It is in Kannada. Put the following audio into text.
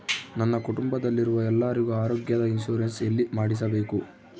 ನನ್ನ ಕುಟುಂಬದಲ್ಲಿರುವ ಎಲ್ಲರಿಗೂ ಆರೋಗ್ಯದ ಇನ್ಶೂರೆನ್ಸ್ ಎಲ್ಲಿ ಮಾಡಿಸಬೇಕು?